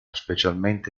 specialmente